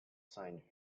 signed